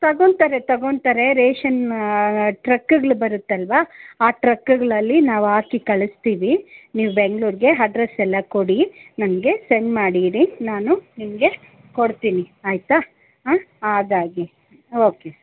ತಗೊತಾರೆ ತಗೊತಾರೆ ರೇಷನ್ ಟ್ರಕ್ಕಗ್ಳು ಬರುತ್ತಲ್ವಾ ಆ ಟ್ರಕ್ಕಗಳಲ್ಲಿ ನಾವು ಹಾಕಿ ಕಳಿಸ್ತೀವಿ ನೀವು ಬೆಂಗ್ಳೂರ್ಗೆ ಹಡ್ರಸ್ಸೆಲ್ಲ ಕೊಡಿ ನನಗೆ ಸೆಂಡ್ ಮಾಡಿ ಇಡಿ ನಾನು ನಿಮಗೆ ಕೊಡ್ತೀನಿ ಆಯಿತಾ ಆದಾಗಿ ಓಕೆ